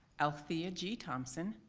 althea g. thompson,